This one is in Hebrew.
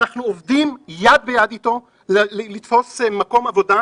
אנחנו עובדים איתו יד ביד לתפוס מקום עבודה.